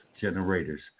generators